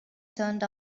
turned